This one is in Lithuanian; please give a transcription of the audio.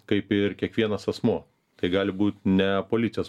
kaip ir kiekvienas asmuo tai gali būt ne policijos